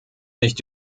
nicht